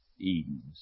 edens